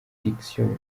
benediction